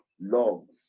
logs